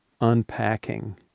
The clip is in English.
unpacking